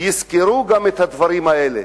שיזכרו גם את הדברים האלה.